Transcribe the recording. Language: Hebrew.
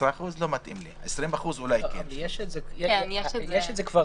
10% לא מתאים לי, 20% אולי כן.